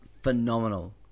phenomenal